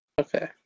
Okay